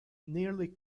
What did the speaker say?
nearly